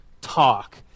Talk